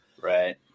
right